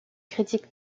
critiques